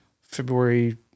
February